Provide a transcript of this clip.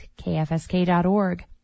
kfsk.org